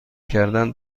کردن